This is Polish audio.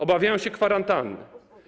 Obawiają się kwarantanny.